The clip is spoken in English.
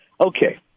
okay